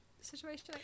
situation